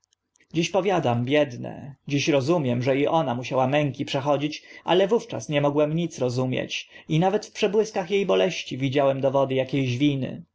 dziś powiadam biedne dziś rozumiem że i ona musiała męki przechodzić ale wówczas nie mogłem nic rozumieć i nawet w przebłyskach e boleści widziałem dowody akie ś winy